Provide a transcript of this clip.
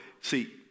see